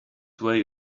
way